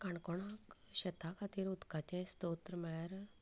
काणकोणांत शेतां खातीर उदकाचे स्त्रोत्र म्हणल्यार